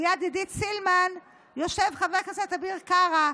ליד עידית סילמן יושב חבר הכנסת אביר קארה,